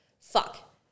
fuck